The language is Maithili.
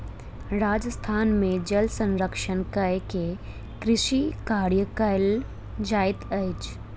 राजस्थान में जल संरक्षण कय के कृषि कार्य कयल जाइत अछि